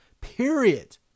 period